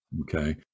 Okay